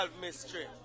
mystery